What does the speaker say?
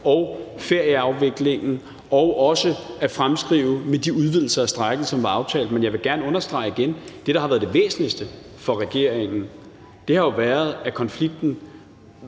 og ferieafviklingen, og også at fremskrive med de udvidelser af strejken, som var aftalt. Men jeg vil gerne understrege igen, at det, der har været det væsentligste for regeringen, har været, at konflikten